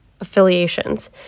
affiliations